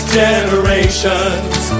generations